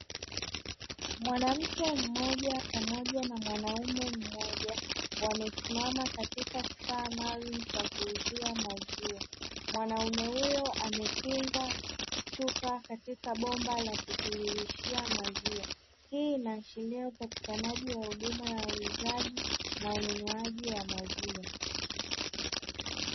Mwanamke mmoja pamoja na mwanaume mmoja wamesimama katika kifaa maalumu cha kuuzia maziwa, mwanaume huyo amekinga chupa katika bomba la kutiririshia maziwa. Hii inaashiria upatikanaji wa huduma ya uuzaji na ununuaji wa maziwa.